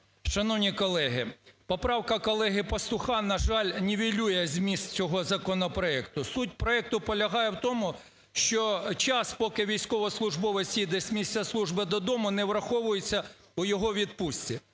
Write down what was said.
Шановні колеги, поправка колеги Пастуха, на жаль, нівелює зміст цього законопроекту. Суть проекту полягає в тому, що час, поки військовослужбовець їде з місця служби додому, не враховується в його відпустці.